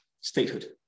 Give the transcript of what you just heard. statehood